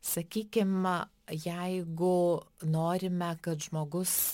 sakykim jeigu norime kad žmogus